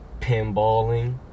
pinballing